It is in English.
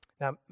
Now